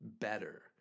better